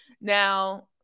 now